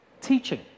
Teaching